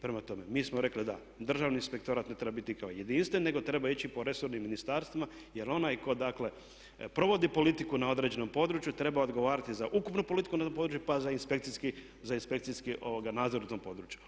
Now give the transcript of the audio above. Prema tome, mi smo rekli da državni inspektorat ne treba biti kao jedinstven nego treba ići po resornim ministarstvima jer onaj tko dakle provodi politiku na određenom području treba odgovarati za ukupnu politiku na tom području pa za inspekciji nadzor u tom području.